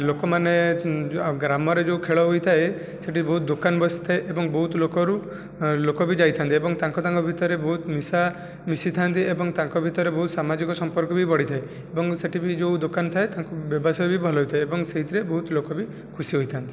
ଲୋକମାନେ ଗ୍ରାମରେ ଯେଉଁ ଖେଳ ହୋଇଥାଏ ସେଠି ବହୁତ ଦୋକାନ ବସିଥାଏ ଏବଂ ବହୁତ ଲୋକରୁ ଲୋକ ବି ଯାଇଥାନ୍ତି ଏବଂ ତାଙ୍କ ତାଙ୍କ ଭିତରେ ବହୁତ ମିଶା ମିଶିଥାନ୍ତି ଏବଂ ତାଙ୍କ ଭିତରେ ବହୁତ ସାମାଜିକ ସମ୍ପର୍କ ବି ବଢ଼ିଥାଏ ଏବଂ ସେଠି ବି ଯେଉଁ ଦୋକାନ ଥାଏ ତାଙ୍କ ବ୍ୟବସାୟ ବି ଭଲ ହୋଇଥାଏ ଏବଂ ସେଥିରେ ବହୁତ ଲୋକବି ଖୁସି ହୋଇଥାନ୍ତି